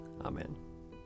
Amen